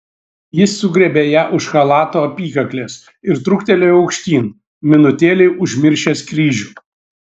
jis sugriebė ją už chalato apykaklės ir truktelėjo aukštyn minutėlei užmiršęs kryžių